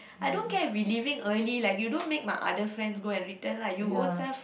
I don't get we leaving early like you don't make my other friends go and return lah you ourselves